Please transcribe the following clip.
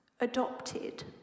adopted